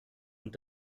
und